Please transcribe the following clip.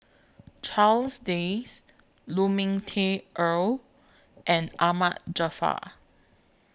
Charles Dyce Lu Ming Teh Earl and Ahmad Jaafar